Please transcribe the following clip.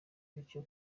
bityo